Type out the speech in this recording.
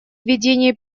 ведения